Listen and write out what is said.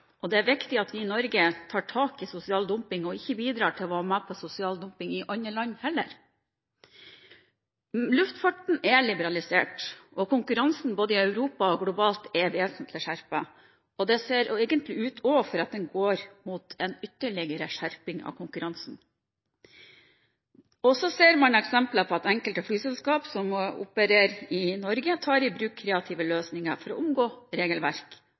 og arbeidsvilkår skal gjelde i Norge. Det er viktig at vi tar tak i sosial dumping i Norge, og at vi heller ikke bidrar til å være med på sosial dumping i andre land. Luftfarten er liberalisert. Konkurransen både i Europa og globalt er vesentlig skjerpet, og det ser ut som om det går mot en ytterligere skjerping. Så ser man eksempler på at enkelte flyselskap som opererer i Norge, tar i bruk kreative løsninger for å omgå regelverk